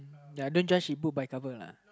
ya don't he book by cover lah